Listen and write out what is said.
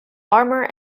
armor